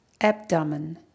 abdomen